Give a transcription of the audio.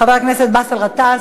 חבר הכנסת באסל גטאס,